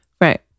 Right